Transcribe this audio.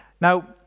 Now